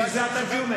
בשביל זה אתה ג'ומס.